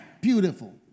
beautiful